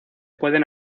pueden